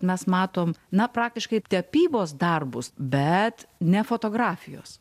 mes matom na praktiškai tepybos darbus bet ne fotografijos